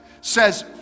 Says